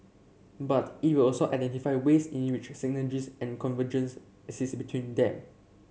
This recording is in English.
but it will also identify ways in which synergies and convergence exist between them